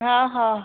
हो हो